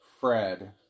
Fred